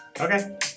Okay